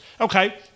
okay